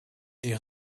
est